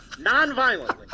nonviolently